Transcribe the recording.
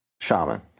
shaman